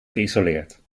geïsoleerd